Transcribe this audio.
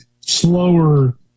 slower